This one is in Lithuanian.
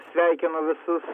sveikinu visus